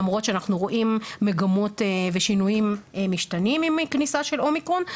למרות שאנחנו רואים מגמות ושינויים משתנים עם כניסה של האומיקרון.